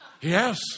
Yes